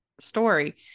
story